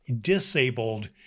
disabled